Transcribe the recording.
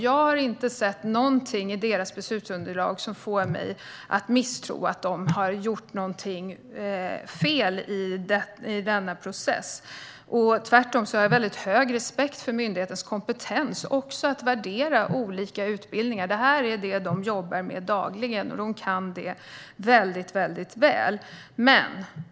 Jag har inte sett något i deras beslutsunderlag som får mig att tro att de har gjort fel i denna process. Tvärtom har jag stor respekt för myndighetens kompetens, också när det gäller att värdera olika utbildningar. De jobbar med detta dagligen och kan det väldigt väl.